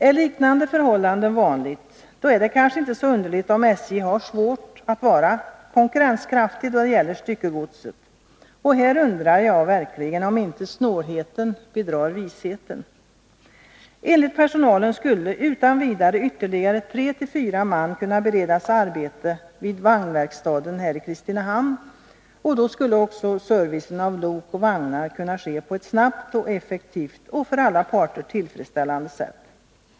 Är liknande förhållanden vanliga är det kanske inte så underligt om SJ har svårt att vara konkurrenskraftigt då det gäller styckegodset, och här undrar jag verkligen om inte snålheten bedrar visheten. Enligt personalen skulle utan vidare ytterligare tre till fyra man kunna beredas arbete vid vagnverkstaden i Kristinehamn, och då skulle också servicen av lok och vagnar kunna ske på ett snabbt och effektivt och för alla parter tillfredsställande sätt.